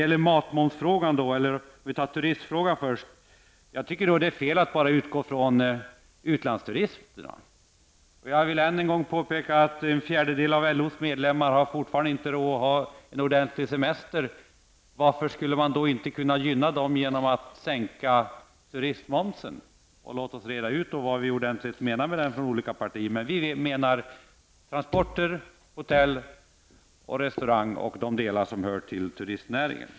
Vi kan vidare diskutera turistfrågan. Jag tycker att det är fel att bara utgå från utlandsturisterna. Jag vill än en gång påpeka att en fjärdedel av LOs medlemmar fortfarande har inte råd att ta en ordentlig semester. Varför kan man då inte gynna dem genom att sänka turistmomsen? Låt oss ordentligt reda ut vad vi menar i olika partier med turistmoms. Vi i centern menar transporter, hotell, restaurang och de delar som hör till turistnäringen.